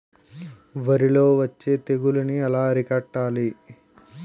వరిలో వచ్చే తెగులని ఏలా అరికట్టాలి?